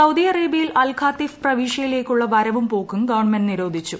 Saudi അറേബ്യയിൽ Al Qatif പ്രവിശ്യയിലേയ്ക്കുള്ള വരവും പോക്കും ഗവൺമെന്റ് നിരോധിച്ചു